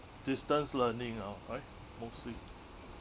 distance learning now right mostly